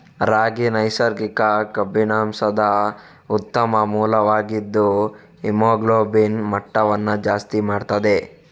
ರಾಗಿ ನೈಸರ್ಗಿಕ ಕಬ್ಬಿಣಾಂಶದ ಉತ್ತಮ ಮೂಲವಾಗಿದ್ದು ಹಿಮೋಗ್ಲೋಬಿನ್ ಮಟ್ಟವನ್ನ ಜಾಸ್ತಿ ಮಾಡ್ತದೆ